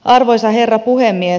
arvoisa herra puhemies